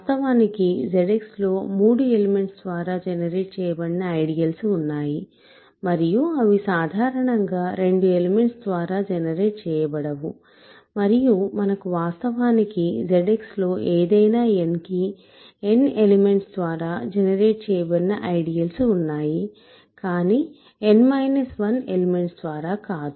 వాస్తవానికి ZX లో మూడు ఎలిమెంట్స్ ద్వారా జనరేట్ చేయబడిన ఐడియల్సు ఉన్నాయి మరియు అవి సాధారణంగా 2 ఎలిమెంట్స్ ద్వారా జనరేట్ చేయబడవు మరియు మనకు వాస్తవానికి ZX లో ఏదైనా n కి n ఎలిమెంట్స్ ద్వారా జనరేట్ చేయబడిన ఐడియల్సు ఉన్నాయి కానీ n 1 ఎలిమెంట్స్ ద్వారా కాదు